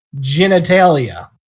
genitalia